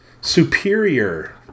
Superior